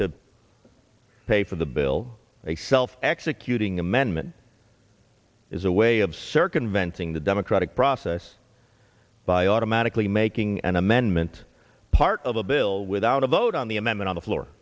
to pay for the bill itself executing amendment is a way of circumventing the democratic process by automatically making an amendment part of a bill without a vote on the amendment on the floor